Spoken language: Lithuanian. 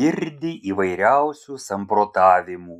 girdi įvairiausių samprotavimų